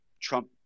trump